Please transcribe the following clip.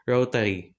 Rotary